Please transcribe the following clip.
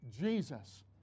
Jesus